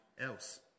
else